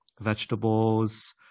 vegetables